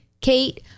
Kate